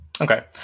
Okay